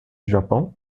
japão